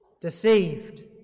deceived